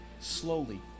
slowly